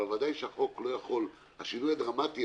אבל בוודאי שהשינוי הדרמטי